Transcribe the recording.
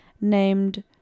named